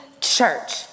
church